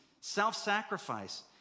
self-sacrifice